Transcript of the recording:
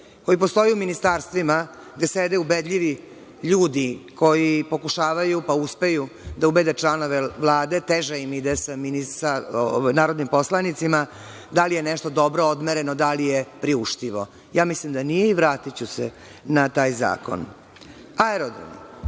koji postoji u ministarstvima gde sede ubedljivi ljudi koji pokušavaju, pa uspevaju da ubede članove Vlade, teže im ide sa narodnim poslanicima, da li je nešto dobro odmereno, da li je priuštivo. Ja mislim da nije i vratiću se na taj